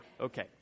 Okay